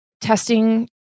testing